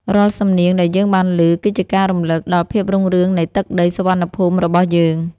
រាល់សំនៀងដែលយើងបានឮ គឺជាការរំលឹកដល់ភាពរុងរឿងនៃទឹកដីសុវណ្ណភូមិរបស់យើង។